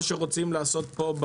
מה שרוצים לעשות פה,